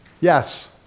Yes